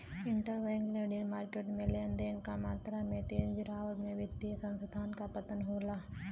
interbank lending market में लेन देन क मात्रा में तेज गिरावट से वित्तीय संस्थान क पतन होला